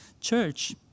church